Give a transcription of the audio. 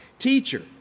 Teacher